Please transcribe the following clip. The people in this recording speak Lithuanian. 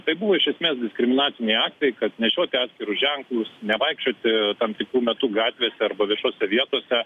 tai buvo iš esmės diskriminaciniai aktai kad nešioti atskirus ženklus nevaikščioti tam tikru metu gatvėse arba viešose vietose